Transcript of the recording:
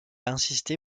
insisté